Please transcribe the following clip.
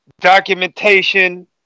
documentation